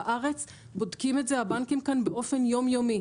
הבנקים כאן בארץ בודקים את זה באופן יומיומי,